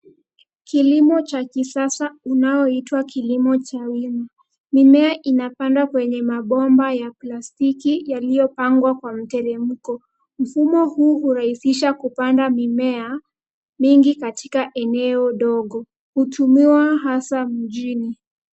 Kilimo cha kisasa unaoitwa kilimo cha wima. Mimea inapandwa kwenye mabomba ya plastiki yaliyopangwa kwa mteremko. Mfumo huu hurahisisha kupanda mimea mingi katika eneo dogo, hutumiwa hasa mjini.